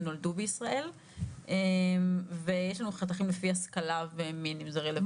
נולדו בישראל ויש לנו חתכים לפי השכלה ומין אם זה רלוונטי.